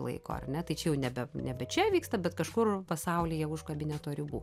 laiko ar ne tai čia jau nebe nebe čia vyksta bet kažkur pasaulyje už kabineto ribų